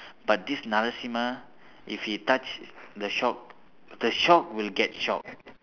but this narasimha if he touch the shock the shock will get shocked